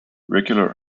regular